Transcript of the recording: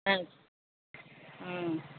ஆ ம்